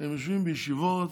בישיבות